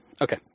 Okay